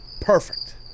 Perfect